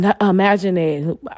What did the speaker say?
Imagine